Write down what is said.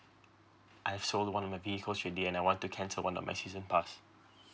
I sold one of my vehicles already and I want to cancel one of my season pass